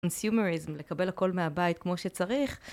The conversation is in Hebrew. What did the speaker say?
קונסימוריזם, לקבל הכל מהבית כמו שצריך.